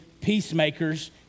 peacemakers